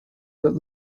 that